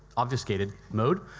obfuscated mode,